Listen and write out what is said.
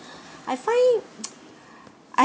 I find I